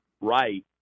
right